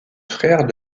frère